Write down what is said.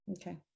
Okay